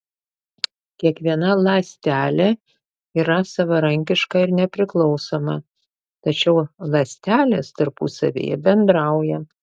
kiekviena ląstelė yra savarankiška ir nepriklausoma tačiau ląstelės tarpusavyje bendrauja